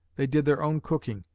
they did their own cooking,